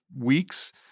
weeks